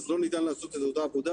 אז לא ניתן לעשות את אותה עבודה